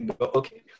okay